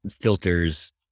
filters